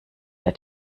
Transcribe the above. der